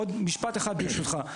עוד משפט אחד, ברשותך.